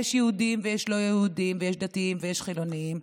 יש יהודים ויש לא יהודים ויש דתיים ויש חילונים,